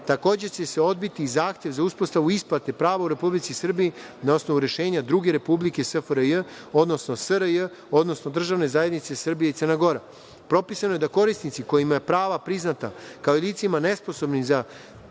Takođe, odbiće se zahtev za uspostavu isplate prava u Republici Srbiji na osnovu rešenja druge republike SFRJ, odnosno SRJ, odnosno Državne zajednice Srbija i Crna Gora. Propisano je da korisnici kojima su prava priznata, kao i licima nesposobnim za